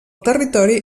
territori